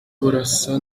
burasa